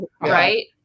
right